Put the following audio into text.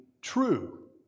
true